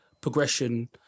progression